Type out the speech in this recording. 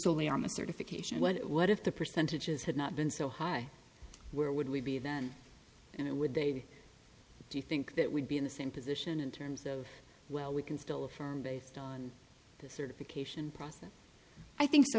solely on the certification but what if the percentages had not been so high where would we be then and would they do you think that would be in the same position in terms of well we can still earn based on the certification process i think so